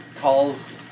calls